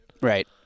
right